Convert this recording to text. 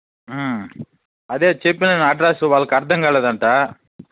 అదే చెప్పాను అడ్రస్సు వాళ్ళకు అర్థం కాలేదంట